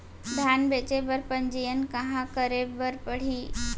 धान बेचे बर पंजीयन कहाँ करे बर पड़ही?